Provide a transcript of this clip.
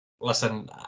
Listen